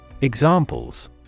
Examples